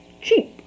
cheap